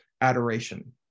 adoration